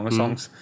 songs